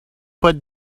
put